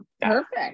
Perfect